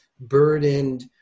burdened